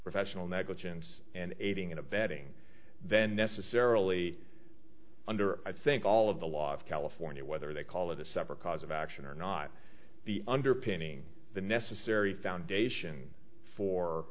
professional negligence and aiding and abetting then necessarily under i think all of the law of california whether they call it a separate cause of action or not the underpinning the necessary foundation for